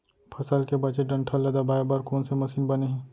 फसल के बचे डंठल ल दबाये बर कोन से मशीन बने हे?